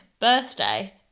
birthday